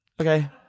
Okay